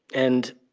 and